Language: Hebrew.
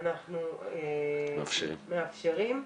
אנחנו מאפשרים.